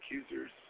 accusers